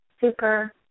Super